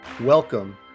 Welcome